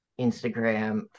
Instagram